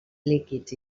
líquids